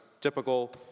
typical